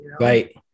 Right